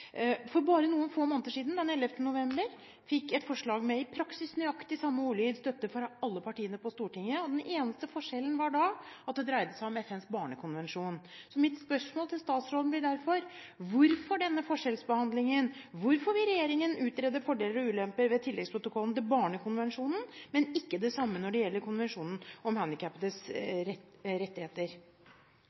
For bare noen få måneder siden, den 29. november, fikk et forslag med i praksis nøyaktig samme ordlyd støtte fra alle partiene på Stortinget, og den eneste forskjellen var at det dreide seg om FNs barnekonvensjon. Så mitt spørsmål til statsråden blir derfor: Hvorfor denne forskjellsbehandlingen? Hvorfor vil regjeringen utrede fordeler og ulemper ved tilleggsprotokollen til Barnekonvensjonen, men ikke det samme når det gjelder konvensjonen om handikappedes rettigheter?